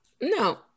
No